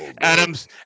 Adams